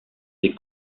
ces